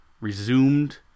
resumed